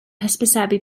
hysbysebu